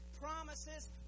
promises